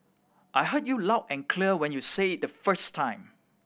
I heard you loud and clear when you said it the first time